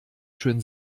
schön